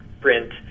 print